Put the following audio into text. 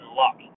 luck